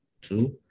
two